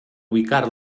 ubicar